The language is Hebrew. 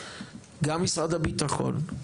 גם משרד הביטחון,